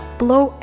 blow